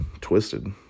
twisted